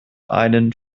einen